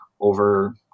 over